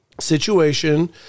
situation